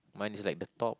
mine is like the top